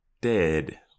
dead